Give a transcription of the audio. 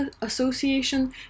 association